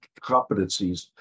competencies